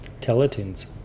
Teletoons